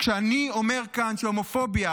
כשאני אומר כאן שהומופוביה,